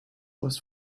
was